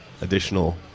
additional